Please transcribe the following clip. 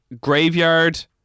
Graveyard